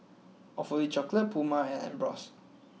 Awfully Chocolate Puma and Ambros